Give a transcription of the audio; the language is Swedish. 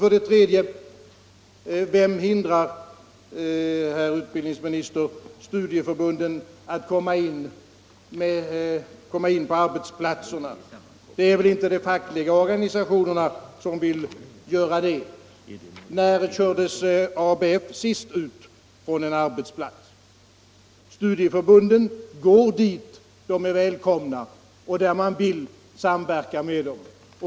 För det tredje, herr utbildningsminister, vem är det som hindrar studieförbunden att komma in på arbetsplatserna? Det är väl inte de fackliga organisationerna? När kördes ABF senast ut från en arbetsplats? Studieförbunden går till de arbetsplatser där de är välkomna och där man vill samverka med dem.